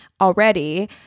already